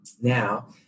Now